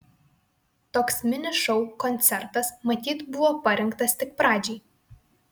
toks mini šou koncertas matyt buvo parinktas tik pradžiai